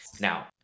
Now